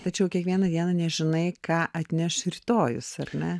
tačiau kiekvieną dieną nežinai ką atneš rytojus ar ne